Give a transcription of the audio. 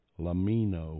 Lamino